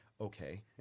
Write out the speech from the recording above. Okay